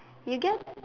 you guess